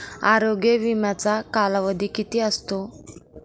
आरोग्य विम्याचा कालावधी किती असतो?